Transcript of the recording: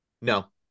No